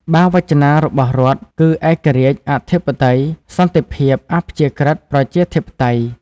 បាវចនារបស់រដ្ឋគឺ ឯករាជ្យ អធិបតេយ្យ សន្តិភាព អព្យាក្រឹត ប្រជាធិបតេយ្យ។